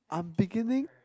I'm beginning